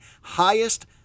Highest